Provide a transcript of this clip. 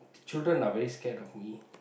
children are very scared of me